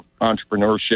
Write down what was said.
entrepreneurship